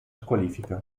squalifica